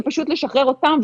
זה פשוט לשחרר אותם,